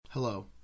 hello